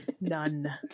None